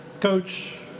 Coach